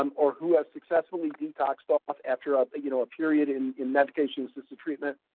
um or who have successfully detoxed off after, ah you know, a period in in medication-assisted treatment.